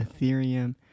Ethereum